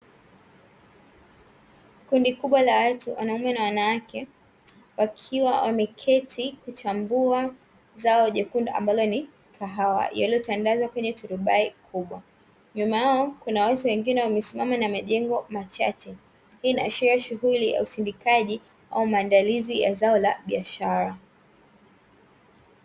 Kundi kubwa la watu, wanaume na wanawke, wakiwa wameketi kuchambua zao jekundu ambalo ni kahawa, yaliyotandazwa kwenye turubai kubwa. Nyuma yao kuna watu wengine wamesimama na majengo machache. Hii inaashiria shughuli ya usindikaji, au maandalizi ya zao la biashara.